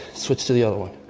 switch to the other one.